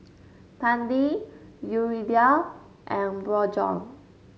Tandy Yuridia and Bjorn